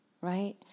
right